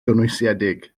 gynwysiedig